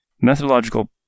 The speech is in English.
methodological